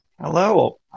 hello